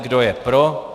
Kdo je pro?